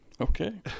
Okay